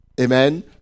Amen